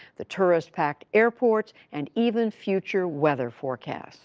the tourist-packed airports and even future weather forecasts